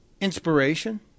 inspiration